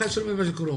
ואחד במג'דל כרום.